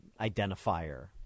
identifier